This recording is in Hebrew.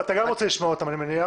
ואתה גם רוצה לשמוע אותם אני מניח.